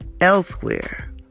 elsewhere